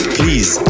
please